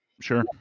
Sure